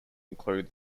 include